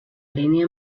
línia